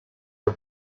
are